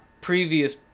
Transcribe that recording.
previous